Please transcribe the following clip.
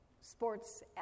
sports